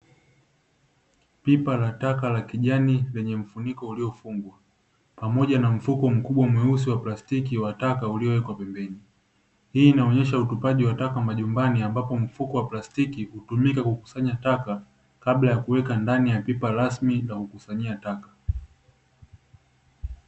Pipa la taka la kijani lenye mfuniko uliofungwa, pamoja na mfuko mkubwa mweusi wa plastiki wa taka uliowekwa pembeni, hii inaonyesha utupaji wa taka majumbani ambapo mfuko wa plastiki hutumika kukusanya taka, kabla ya kuweka ndani ya pipa rasmi la kukusanyia taka.